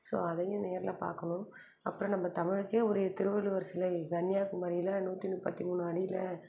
so அதையும் நேரில் பார்க்கணும் அப்புறம் நம்ம தமிழுக்கே உரிய திருவள்ளுவர் சிலை கன்னியாகுமரியில் நூற்றி முப்பத்தி மூணு அடியில்